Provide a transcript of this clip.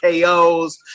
KOs